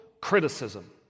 criticism